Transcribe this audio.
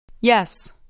Yes